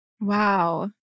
Wow